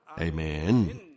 Amen